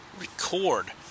record